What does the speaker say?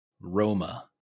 Roma